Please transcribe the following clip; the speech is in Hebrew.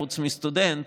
חוץ מסטודנט,